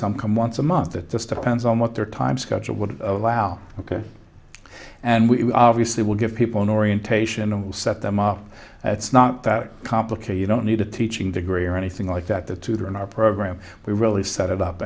some come once a month it just depends on what their time schedule would allow ok and we obviously will give people an orientation and we'll set them up it's not that complicated don't need a teaching degree or anything like that the tutor in our program we really set it